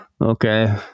Okay